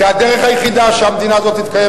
כי הדרך היחידה שבה המדינה הזאת תתקיים